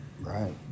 Right